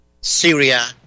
Syria